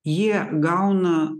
jie gauna